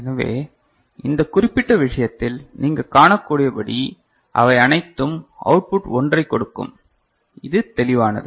எனவே இந்த குறிப்பிட்ட விஷயத்தில் நீங்கள் காணக்கூடியபடி அவை அனைத்தும் அவுட் புட் 1 ஐக் கொடுக்கும் இது தெளிவானது